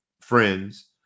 friends